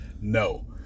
No